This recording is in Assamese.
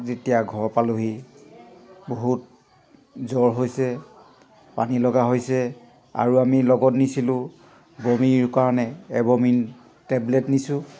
যেতিয়া ঘৰ পালোঁহি বহুত জ্বৰ হৈছে পানী লগা হৈছে আৰু আমি লগত নিছিলোঁ বমিৰ কাৰণে এভমিন টেবলেট নিছোঁ